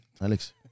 Alex